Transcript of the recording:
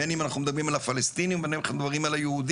בין אם אנחנו מדברים על הפלשתינים ובין אם אנחנו מדברים על היהודים.